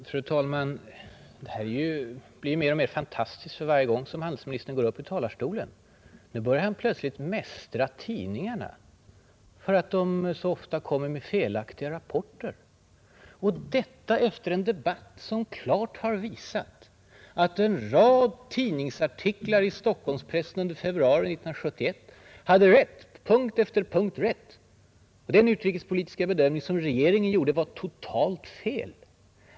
Fru talman! Det blir mer och mer fantastiskt för varje gång som handelsministern går upp i talarstolen. Nu börjar han plötsligt mästra tidningarna för att de så ofta kommer med felaktiga rapporter. Detta gör han efter en debatt som klart visat att en rad tidningsartiklar i Stockholmspressen under februari 1971 på punkt efter punkt hade rätt, och att den utrikespolitiska bedömning som regeringen gjorde var totalt fel!